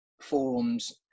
forums